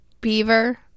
beaver